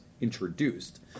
introduced